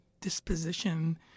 disposition